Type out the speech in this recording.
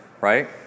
right